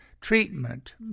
treatment